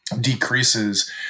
decreases